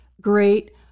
great